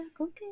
okay